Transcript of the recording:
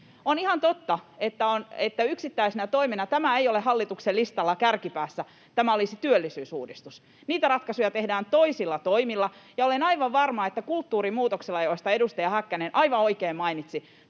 On ihan totta, että yksittäisenä toimena tämä ei ole hallituksen listalla kärkipäässä työllisyysuudistuksena. Niitä ratkaisuja tehdään toisilla toimilla, mutta olen aivan varma, että kulttuurin muutoksella, josta edustaja Häkkänen aivan oikein mainitsi,